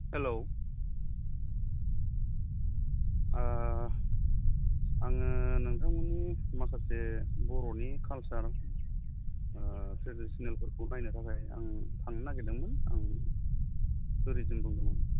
hello आङो नोंथांमोननि माखासे बर'नि कालचार ट्रेडिसनफोरखौ नायनो थाखाय आं थांनो नागिरदोंमोन आं टुरिजोम बुंदोंमोन